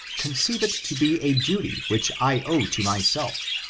conceive it to be a duty which i owe to myself,